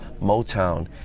Motown